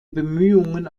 bemühungen